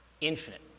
infinite